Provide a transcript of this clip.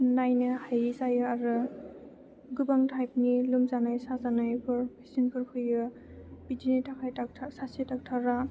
नायनो हायै जायो आरो गोबां टाइपनि लोमजानाय साजानायफोर पेसेन्टफोर फैयो बिदिनि थाखाय सासे डक्ट'रा